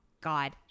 god